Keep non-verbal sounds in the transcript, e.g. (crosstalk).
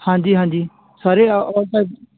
ਹਾਂਜੀ ਹਾਂਜੀ ਸਾਰੇ (unintelligible)